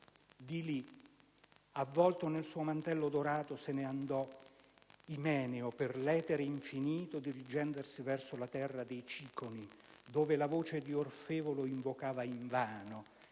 "Di lì, avvolto nel suo mantello dorato, se ne andò Imeneo per l'etere infinito, dirigendosi verso la terra dei Ciconi, dove la voce di Orfeo lo invocava invano.